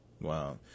Wow